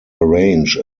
arrange